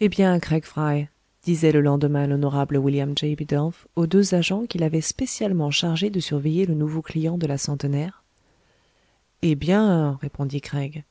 eh bien craig fry disait le lendemain l'honorable william j bidulph aux deux agents qu'il avait spécialement chargés de surveiller le nouveau client de la centenaire eh bien répondit craig